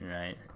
right